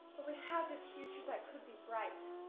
but we have this future that could be bright.